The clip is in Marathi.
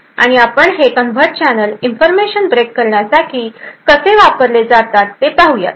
आणि आपण हे कन्व्हर्ट चॅनल इन्फॉर्मेशन ब्रेक करण्यासाठी कसे वापरले जातात हे पाहूयात